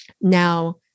Now